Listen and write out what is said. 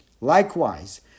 Likewise